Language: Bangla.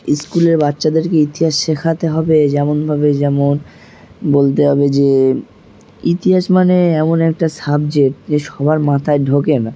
স্কুলের বাচ্চাদেরকে ইতিহাস শেখাতে হবে যেমনভাবে যেমন বলতে হবে যে ইতিহাস মানে এমন একটা সাবজেক্ট যে সবার মাথায় ঢোকে না